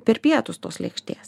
per pietus tos lėkštės